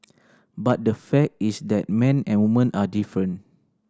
but the fact is that men and women are different